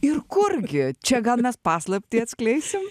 ir kur gi čia gal mes paslaptį atskleisim